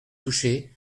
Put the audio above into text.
touchet